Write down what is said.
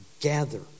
gather